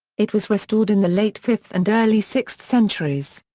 it was restored in the late fifth and early sixth centuries.